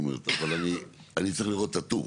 אבל אני צריך לראות את הטור.